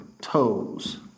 toes